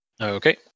Okay